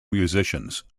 musicians